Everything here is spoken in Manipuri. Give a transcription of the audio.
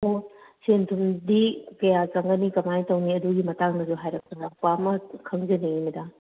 ꯑꯣ ꯁꯦꯟ ꯊꯨꯝꯗꯤ ꯀꯌꯥ ꯆꯪꯒꯅꯤ ꯀꯃꯥꯏꯅ ꯇꯧꯅꯤ ꯑꯗꯨꯒꯤ ꯃꯇꯥꯡꯗꯁꯨ ꯍꯥꯏꯔꯞ ꯆꯥꯎꯔꯥꯛꯄ ꯑꯃ ꯈꯪꯖꯅꯤꯡꯉꯤ ꯃꯦꯗꯥꯝ